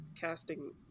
casting